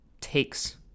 takes